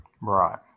Right